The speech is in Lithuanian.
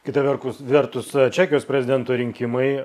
kita verkus vertus a čekijos prezidento rinkimai